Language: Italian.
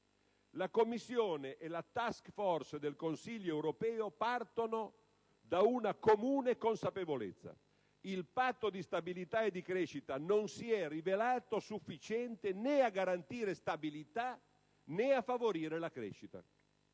La Commissione e la *task force* del Consiglio europeo partono da una comune consapevolezza: il Patto di stabilità e crescita non si è rivelato sufficiente né a garantire la stabilità né a favorire la crescita.